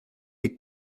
les